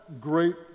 great